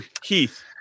Keith